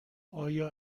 آیا